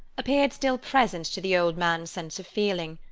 appeared still present to the old man's sense of feeling.